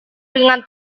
ringan